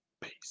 Peace